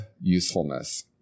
usefulness